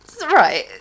Right